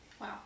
Wow